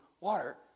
water